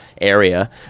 area